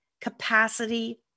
capacity